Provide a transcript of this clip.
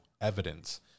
evidence